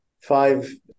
five